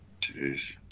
Jeez